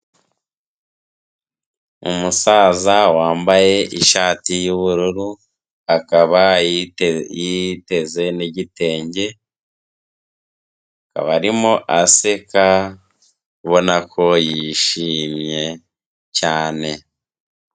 Umusaza wambaye ishati y'ubururu, akaba yiteze n'igitenge, akaba arimo aseka ubona ko yishimye cyane.